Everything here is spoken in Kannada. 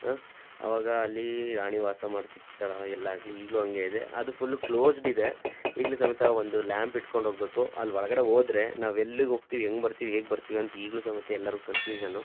ಅವಾಗ ಅಲ್ಲಿ ರಾಣಿ ವಾಸ ಮಾಡ್ತಿದ್ದ ಸ್ಥಳ ಎಲ್ಲ ಆಗಲಿ ಈಗಲೂ ಹಂಗೆ ಇದೆ ಅದು ಫುಲ್ಲು ಕ್ಲೋಸ್ಡ್ ಇದೆ ಈಗಲೂ ಸಮೇತ ಒಂದು ಲ್ಯಾಂಪ್ ಇಟ್ಕೊಂಡು ಹೋಗ್ಬೇಕು ಅಲ್ಲಿ ಒಳಗಡೆ ಹೋದ್ರೆ ನಾವು ಎಲ್ಲಿಗೆ ಹೋಗ್ತೀವಿ ಹೆಂಗೆ ಬರ್ತೀವಿ ಹೇಗೆ ಬರ್ತೀವಿ ಅಂತ ಈಗಲೂ ಸಮೇತ ಎಲ್ಲರು ಕನ್ಫ್ಯೂಷನ್ನು